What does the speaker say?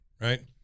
Right